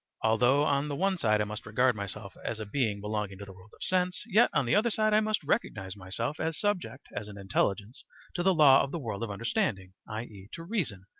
although on the one side i must regard myself as a being belonging to the world of sense, yet on the other side i must recognize myself as subject as an intelligence to the law of the world of understanding, i e, to reason,